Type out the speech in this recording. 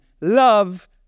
Love